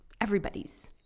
everybody's